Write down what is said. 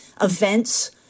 events